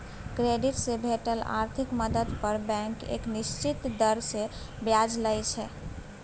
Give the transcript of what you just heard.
credit से भेटल आर्थिक मदद पर बैंक एक निश्चित दर से ब्याज लइ छइ